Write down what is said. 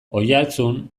oiartzun